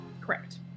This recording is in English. Correct